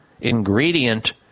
ingredient